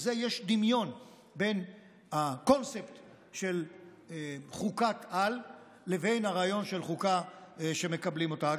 בזה יש דמיון בין הקונספט של חוקת-על לבין הרעיון של חוקה שמקבלים אותה.